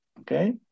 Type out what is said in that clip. okay